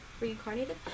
reincarnated